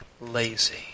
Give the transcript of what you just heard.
lazy